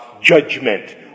judgment